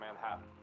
Manhattan